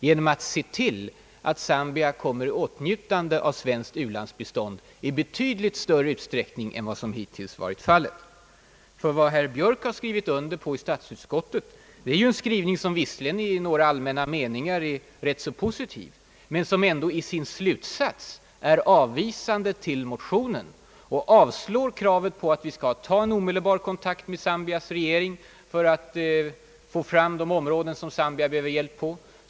Varför ser han inte till att Zambia kommer i åtnjutande av svenskt u-landsbistånd i betydligt större utsträckning än vad som hittills har varit fallet? Vad herr Björk har skrivit under på i statsutskottet är en skrivning, som visserligen i några allmänna meningar är ganska positiv, men som ändå i sin slutsats är avvisande till motionen. Man avstyrker kravet på att vi skall ta en omedelbar kontakt med Zambias regering för att få kännedom om på vilka områden Zambia behöver hjälp.